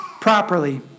properly